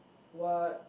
what